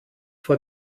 vor